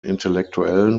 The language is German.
intellektuellen